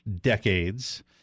decades